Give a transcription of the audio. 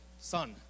son